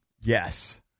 Yes